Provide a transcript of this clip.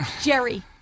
Jerry